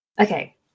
Okay